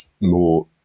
more